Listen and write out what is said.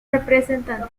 representantes